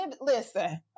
Listen